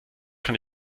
kann